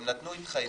הם נתנו התחייבות,